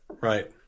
Right